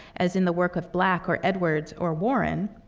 as in the work of black or edwards or warren.